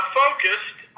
focused